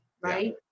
right